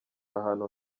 ahantu